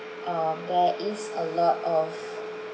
um there is a lot of